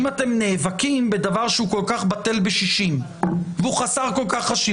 אם אתם נאבקים בדבר שהוא כל כך בטל ב-60 והוא כל כך חסר חשיבות.